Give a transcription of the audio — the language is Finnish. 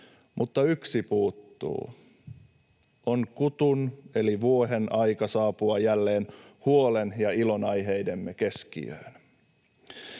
mutta yksi puuttuu: on kutun eli vuohen aika saapua jälleen huolen- ja ilonaiheidemme keskiöön.